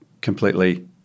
completely